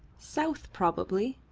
south, probably,